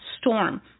Storm